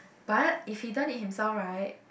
but if he done it himself right